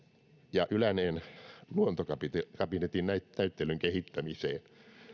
ja yläneen luontokapinetin näyttelyn kehittämiseen